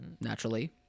naturally